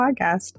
podcast